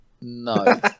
No